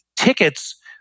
tickets